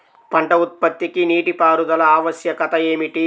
పంట ఉత్పత్తికి నీటిపారుదల ఆవశ్యకత ఏమిటీ?